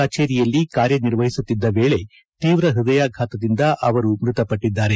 ಕಚೇರಿಯಲ್ಲಿ ಕಾರ್ಯನಿರ್ವಹಿಸುತ್ತಿದ್ದ ವೇಳೆ ತೀವ್ರ ಪೃದಯಾಘಾತದಿಂದ ಅವರು ಮೃತಪಟ್ಟಿದ್ದಾರೆ